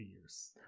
years